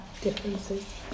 differences